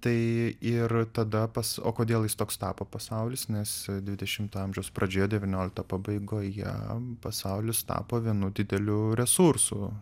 tai ir tada pas o kodėl jis toks tapo pasaulis nes dvidešimto amžiaus pradžioje devyniolikto pabaigoje pasaulis tapo vienu dideliu resursu